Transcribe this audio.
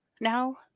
now